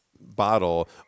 bottle